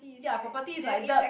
ya property is like the